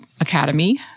Academy